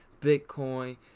Bitcoin